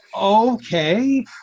okay